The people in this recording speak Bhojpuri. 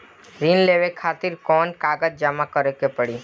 ऋण लेवे खातिर कौन कागज जमा करे के पड़ी?